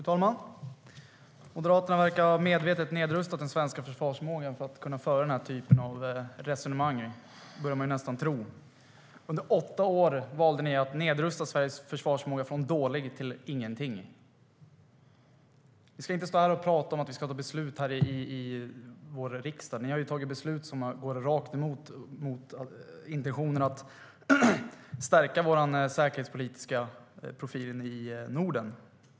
Ni ska inte stå här och tala om att vi ska ta beslut i riksdagen när ni har tagit beslut som har gått rakt emot intentionen att stärka vår säkerhetspolitiska profil i Norden.